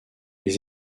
les